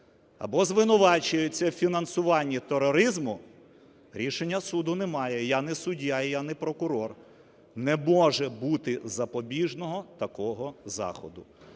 або звинувачується у фінансуванні тероризму, рішення суду немає, я не суддя і я не прокурор, не може бути запобіжного такого заходу.